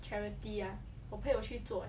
charity ah 我朋友去做